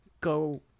go